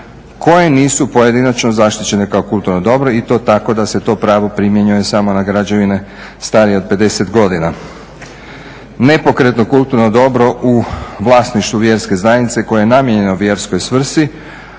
koje nisu pojedinačno zaštićene kao kulturno dobro i to tako da se to pravo primjenjuje samo na građevine starije od 50 godina. Nepokretno kulturno dobro u vlasništvu vjerske zajednice koje je namijenjeno vjerskoj svrsi,